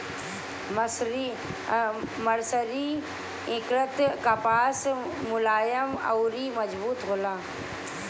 मर्सरीकृत कपास मुलायम अउर मजबूत होला